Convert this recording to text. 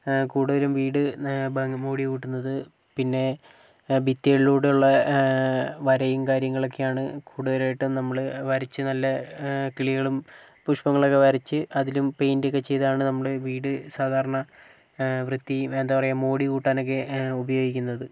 ആ കൂടുതലും വീട് ഭംഗി മോടികൂട്ടുന്നത് പിന്നെ ഭിത്തികളിലൂടെയുള്ള വരയും കാര്യങ്ങളൊക്കെയാണ് കൂടുതലായിട്ടും നമ്മള് വരച്ച് നല്ല കിളികളും പുഷ്പങ്ങളൊക്കെ വരച്ച് അതില് പെയിന്റൊക്കെ ചെയ്താണ് നമ്മള് വീട് സാധാരണ ആ വൃത്തി എന്താ പറയുക മോടികൂട്ടാനൊക്കെ ഉപയോഗിക്കുന്നത്